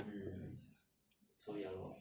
mm so ya lor